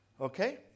okay